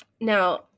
now